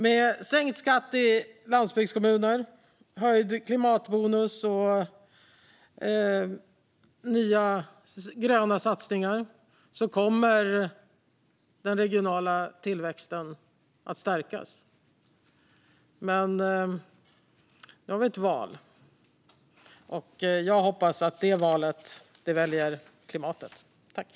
Med sänkt skatt i landsbygdskommuner, höjd klimatbonus och nya gröna satsningar kommer den regionala tillväxten att stärkas. Nu är det snart val, och jag hoppas att det är klimatet som väljs i det valet.